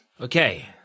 Okay